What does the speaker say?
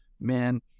man